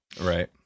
right